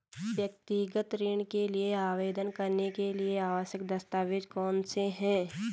व्यक्तिगत ऋण के लिए आवेदन करने के लिए आवश्यक दस्तावेज़ कौनसे हैं?